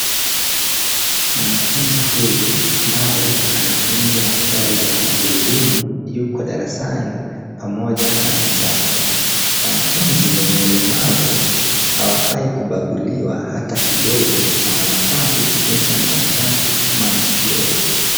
Mwanafunzi huyu ambaye anatumia gari la magurudumu yuko darasani pamoja na wenzake. Wanafunzi wenye ulemavu hawafai kubaguliwa hata kidogo na wanafaa kujumuishwa na wenzake kama mtu yeyote.